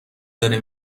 داره